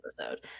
episode